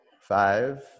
Five